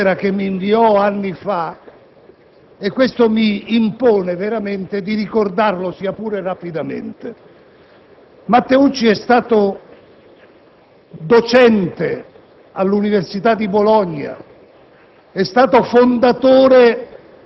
ho avuto l'onore di conoscerlo. Rammento una lettera che mi inviò anni fa e ciò mi impone di ricordarlo, sia pure rapidamente. Matteucci è stato